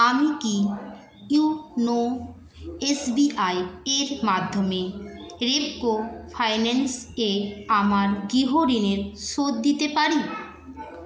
আমি কি YONO SBI এর মাধ্যমে রেপকো ফাইন্যান্স এ আমার গৃহ ঋণের শোধ দিতে পারি